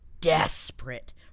desperate